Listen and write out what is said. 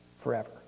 forever